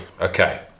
Okay